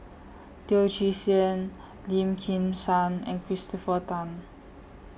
Teo Chee Hean Lim Kim San and Christopher Tan